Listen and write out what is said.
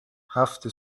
هفت